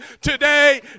today